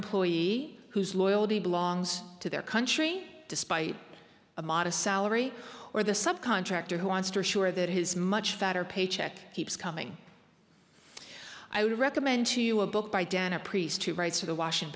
employee whose loyalty belongs to their country despite a modest salary or the sub contractor who wants to assure that his much fatter paycheck keeps coming i would recommend to you a book by dan a priest who writes for the washington